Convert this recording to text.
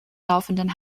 laufenden